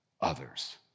others